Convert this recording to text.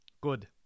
good